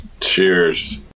cheers